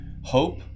hope